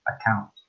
account